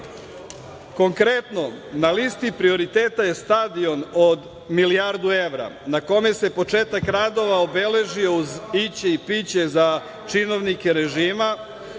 govori. Konkretno, na listi prioriteta je stadion od milijardu evra na kome se početak radova obeležio uz iće i piće za činovnike režima,